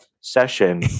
session